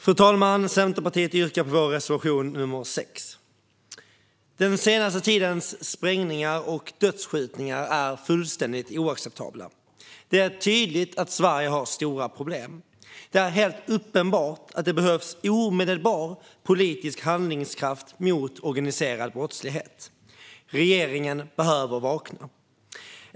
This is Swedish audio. Fru talman! Jag yrkar bifall till Centerpartiets reservation nr 6. Den senaste tidens sprängningar och dödsskjutningar är fullständigt oacceptabla. Det är tydligt att Sverige har stora problem. Det är helt uppenbart att det behövs omedelbar politisk handlingskraft mot organiserad brottslighet. Regeringen behöver vakna.